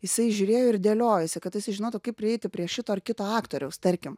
jisai žiūrėjo ir dėliojosi kad jisai žinotų kaip prieiti prie šito ar kito aktoriaus tarkim